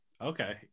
Okay